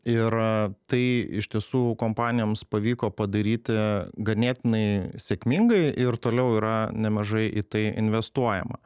ir a tai iš tiesų kompanijoms pavyko padaryti ganėtinai sėkmingai ir toliau yra nemažai į tai investuojama